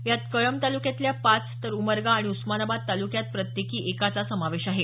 यात कळंब तालुक्यातल्या पाच तर उमरगा आणि उस्मानाबाद तालुक्यात प्रत्येकी एकाचा समावेश आहे